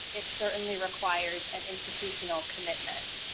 it certainly requires an institutional commitment.